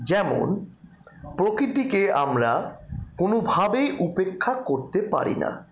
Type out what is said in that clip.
যেমন প্রকৃতিকে আমরা কোনোভাবেই উপেক্ষা করতে পারি না